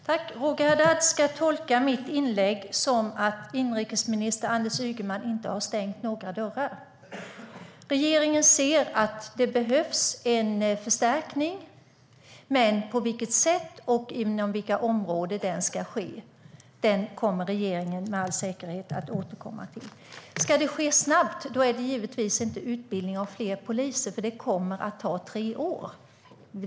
Herr talman! Roger Haddad ska tolka mitt inlägg som att inrikesminister Anders Ygeman inte har stängt några dörrar. Regeringen ser att det behövs en förstärkning, men på vilket sätt och inom vilka områden den ska ske kommer regeringen med all säkerhet att återkomma till. Ska det ske snabbt är det givetvis inte utbildning av fler poliser som behövs, för det kommer att ta tre år.